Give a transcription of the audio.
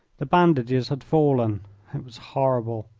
the bandages had fallen. it was horrible.